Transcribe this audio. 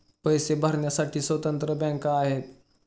पैसे भरण्यासाठी स्वतंत्र बँका आहेत